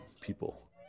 people